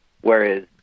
whereas